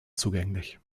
zugänglich